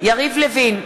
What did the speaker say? יריב לוין,